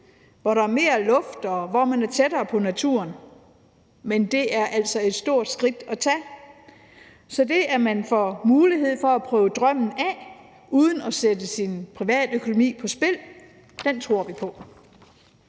hvor der er mere luft, og hvor man er tættere på naturen. Men det er altså et stort skridt at tage. Så det, at man får mulighed for at prøve drømmen af uden at sætte sin privatøkonomi på spil, tror vi på.